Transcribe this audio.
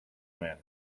manner